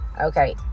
Okay